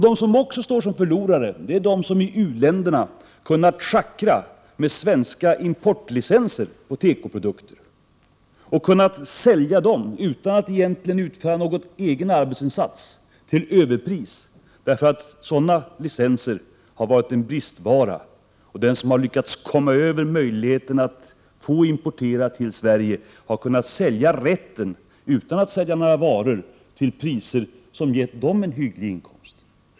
De som också står som förlorare är de som i u-länderna har kunnat schackra med svenska importlicenser för tekoprodukter och kunnat sälja dem till överpris, utan att egentligen utföra en egen arbetsinsats. Sådana licenser har varit en bristvara. De som har lyckats komma över en licens med möjlighet att importera till Sverige har utan att sälja några varor kunnat sälja importrätten till priser som gett dem en hygglig inkomst.